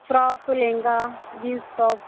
frock ಲಂಗ jeans top